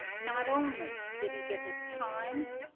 not only did he give his time,